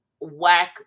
whack